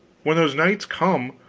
when those knights come,